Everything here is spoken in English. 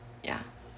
ya